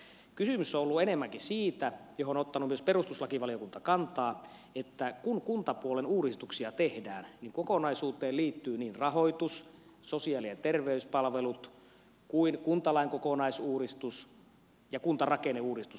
kysymys on ollut enemmänkin siitä mihin on ottanut myös perustuslakivaliokunta kantaa että kun kuntapuolen uudistuksia tehdään niin kokonaisuuteen liittyvät niin rahoitus sosiaali ja terveyspalvelut kuin kuntalain kokonaisuudistus ja kuntarakenneuudistus